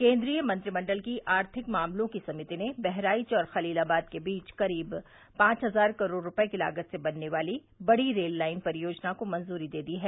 केन्द्रीय मंत्रिमंडल की आर्थिक मामलों की समिति ने बहराइच और खलीलाबाद के बीच करीब पांच हजार करोड़ रूपये की लागत से बनने वाली बड़ी रेल लाइन परियोजना को मंजूरी दे दी है